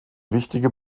wichtige